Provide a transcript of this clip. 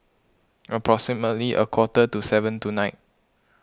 approximately a quarter to seven tonight